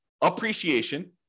appreciation